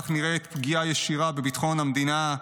נראית פגיעה ישירה בביטחון המדינה,